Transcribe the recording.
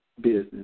business